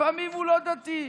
לפעמים הוא לא דתי,